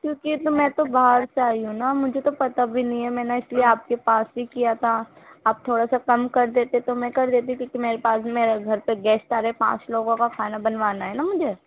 کیونکہ تو میں تو باہر سے آئی ہوں نا مجھے تو پتا بھی نہیں ہے میں نے اس لیے آپ کے پاس ہی کیا تھا آپ تھوڑا سا کم کر دیتے تو میں کر دیتی کیونکہ میرے پاس میرے گھر پہ گیسٹ آ رہے پانچ لوگوں کا کھانا بنوانا ہے نا مجھے